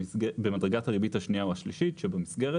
במדרגת הריבית השנייה או השלישית שבמסגרת,